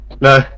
No